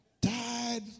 died